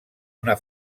una